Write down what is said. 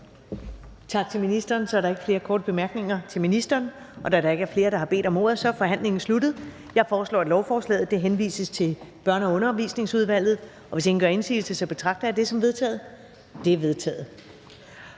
Tak til ministeren. Så er der ikke flere korte bemærkninger til ministeren. Da der ikke er flere, der har bedt om ordet, er forhandlingen sluttet. Jeg foreslår, at lovforslaget henvises til Børne- og Undervisningsudvalget. Hvis ingen gør indsigelse, betragter jeg det som vedtaget. Det er vedtaget.